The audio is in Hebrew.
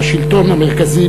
בשלטון המרכזי,